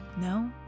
No